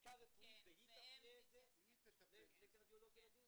חברים, אין פה ערימות של אנשים כאלה.